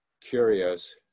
Curious